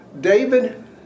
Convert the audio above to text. David